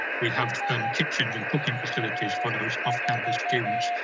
we have kitchens and cooking facilities for those off-campus students.